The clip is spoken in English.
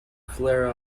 flare